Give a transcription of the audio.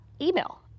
email